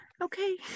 Okay